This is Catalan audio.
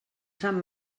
sant